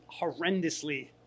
horrendously